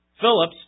Phillips